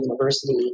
university